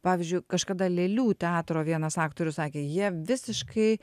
pavyzdžiui kažkada lėlių teatro vienas aktorius sakė jie visiškai